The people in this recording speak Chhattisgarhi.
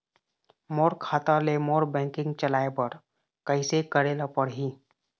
मोर खाता ले मोर बैंकिंग चलाए बर कइसे करेला पढ़ही?